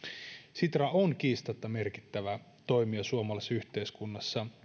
sitra on kiistatta merkittävä toimija suomalaisessa yhteiskunnassa